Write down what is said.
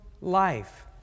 life